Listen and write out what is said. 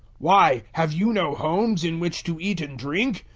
why, have you no homes in which to eat and drink?